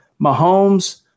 Mahomes